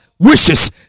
wishes